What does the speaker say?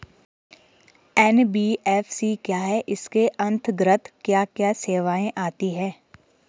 NBFC क्या है इसके अंतर्गत क्या क्या सेवाएँ आती हैं?